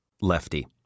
Lefty